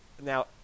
Now